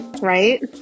right